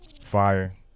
fire